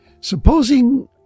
Supposing